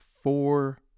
four